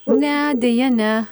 ne deja ne